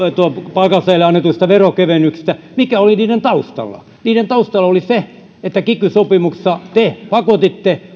palkansaajille annetuista veronkevennyksistä mikä oli niiden taustalla niiden taustalla oli se että kiky sopimuksessa te pakotitte